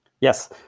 Yes